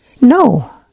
No